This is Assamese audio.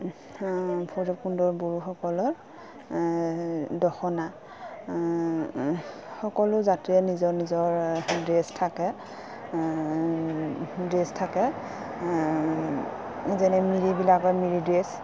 ভৈৰৱকুণ্ডৰ বড়োসকলৰ দখনা সকলো জাতিৰে নিজৰ নিজৰ ড্ৰেছ থাকে ড্ৰেছ থাকে যেনে মিৰিবিলাকৰ মিৰি ড্ৰেছ